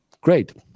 great